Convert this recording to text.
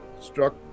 struck